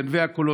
גנבי הקולות,